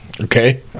okay